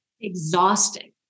exhausting